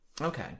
Okay